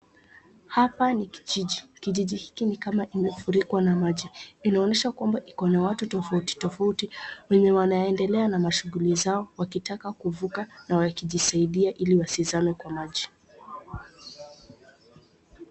Hapa ni kijiji. Kijiji hiki ni kama kimefurikwa na maji. Inaonyeshwa kwamba iko na watu tofauti tofauti wenye wanaendelea na mashughuli zao wakitaka kuvuka na wakijisaidia ili wasizame kwa maji.